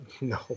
No